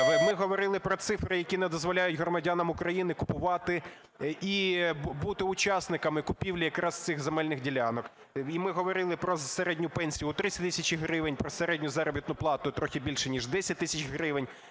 Ми говорили про цифри, які не дозволяють громадянам України купувати і бути учасниками купівлі якраз цих земельних ділянок. І ми говорили про середню пенсію у 3 тисячі гривень про середню заробітну плату і трохи більше ніж 10 тисяч гривень,